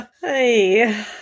hey